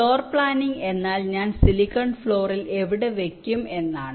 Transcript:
floor planning എന്നാൽ ഞാൻ silicon ഫ്ലോറിൽ എവിടെ വയ്ക്കും എന്നാണ്